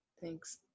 Thanks